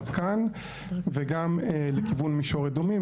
ברקן וגם לכיוון מישור אדומים,